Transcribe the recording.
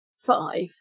five